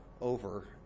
over